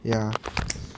ya